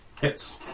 Hits